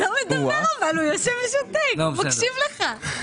אבל הוא לא מדבר, הוא יושב ושותק ומקשיב לך.